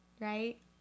right